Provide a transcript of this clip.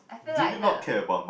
I feel like the